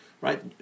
right